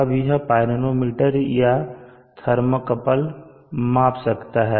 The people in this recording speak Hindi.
अब यह पायरोमीटर या थर्मोकपल माप सकता है